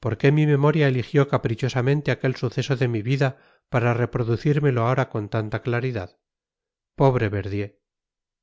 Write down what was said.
por qué mi memoria eligió caprichosamente aquel suceso de mi vida para reproducírmelo ahora con tanta claridad pobre verdier